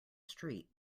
street